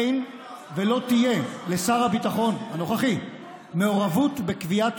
אין ולא תהיה לשר הביטחון הנוכחי מעורבות בקביעת